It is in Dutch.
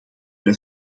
wij